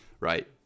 Right